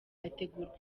hategurwa